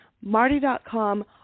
Marty.com